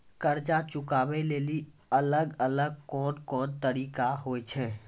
कर्जा चुकाबै लेली अलग अलग कोन कोन तरिका होय छै?